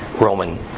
Roman